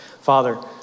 Father